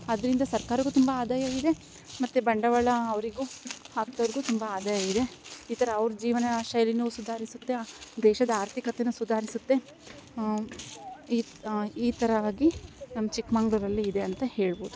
ಅದ್ರಿಂದ ಸರ್ಕಾರಕ್ಕೂ ತುಂಬ ಆದಾಯವಿದೆ ಮತ್ತು ಬಂಡವಾಳ ಅವರಿಗೂ ಹಾಕ್ದೌರಿಗೂ ತುಂಬ ಆದಾಯ ಇದೆ ಈ ಥರ ಅವ್ರ ಜೀವನ ಶೈಲಿ ಸುಧಾರಿಸುತ್ತೆ ದೇಶದ ಆರ್ಥಿಕತೆ ಸುಧಾರಿಸುತ್ತೆ ಈ ಥರ ಆಗಿ ನಮ್ಮ ಚಿಕ್ಕಮಂಗ್ಳೂರಲ್ಲಿ ಇದೆ ಅಂತ ಹೇಳ್ಬೌದು